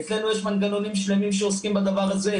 אצלנו יש מנגנונים שלמים שעוסקים בדבר הזה,